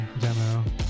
Demo